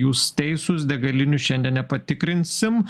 jūs teisūs degalinių šiandien nepatikrinsim